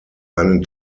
einen